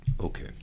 Okay